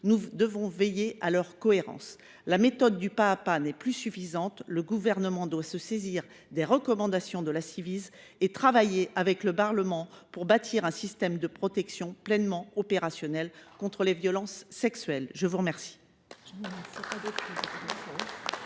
nous devons veiller à leur cohérence. La méthode du pas à pas ne suffit plus. Le Gouvernement doit se saisir des recommandations de la Ciivise et travailler avec le Parlement pour bâtir un système de protection pleinement opérationnel contre les violences sexuelles. Personne ne